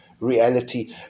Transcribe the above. reality